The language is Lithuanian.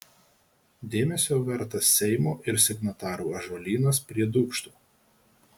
dėmesio vertas seimo ir signatarų ąžuolynas prie dūkštų